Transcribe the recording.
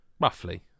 Roughly